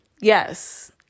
yes